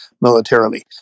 militarily